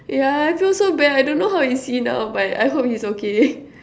yeah I feel so bad I don't know how is he now but I hope he's okay